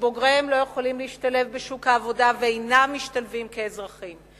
שבוגריהם לא יכולים להשתלב בשוק העבודה ואינם משתלבים כאזרחים,